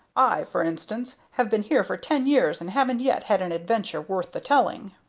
i, for instance, have been here for ten years, and haven't yet had an adventure worth the telling.